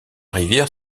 rivière